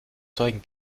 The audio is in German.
zeugen